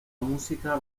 música